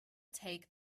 take